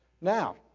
Now